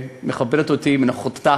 שמכבדת אותי בנוכחותה